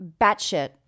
batshit